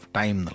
time